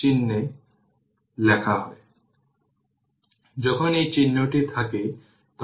এর পরে আমরা সিরিজ এবং প্যারালাল ইন্ডাক্টর নিয়ে আলোচনা করবো